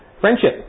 friendship